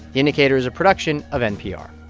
the indicator is a production of npr